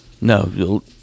No